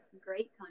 Great